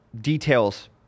details